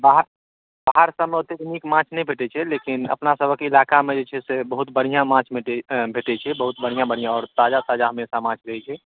बाहर सभमे ओतेक नीक माछ नहि भेटै छै लेकिन अपनासभके इलाकामे जे छै से बहुत बढ़िऑं माछ भेटै छै बहुत बढ़िऑं बढ़िऑं आओर ताजा ताजा हमेशा माछ रहै छै